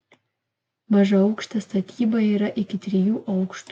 mažaaukštė statyba yra iki trijų aukštų